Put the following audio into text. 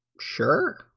sure